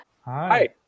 Hi